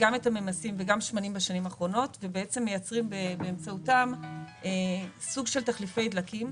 גם מייצרים באמצעותם סוג של תחליפי דלקים.